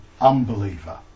unbeliever